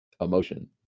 emotion